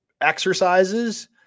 exercises